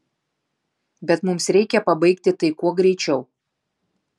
bet mums reikia pabaigti tai kuo greičiau